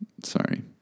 Sorry